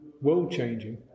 world-changing